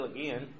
again